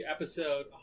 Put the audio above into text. Episode